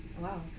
wow